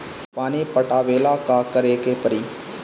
पानी पटावेला का करे के परी?